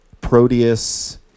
Proteus